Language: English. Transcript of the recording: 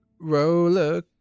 roller